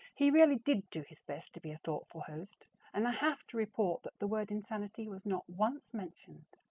he really did do his best to be a thoughtful host and i have to report that the word insanity was not once mentioned.